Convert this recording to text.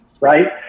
right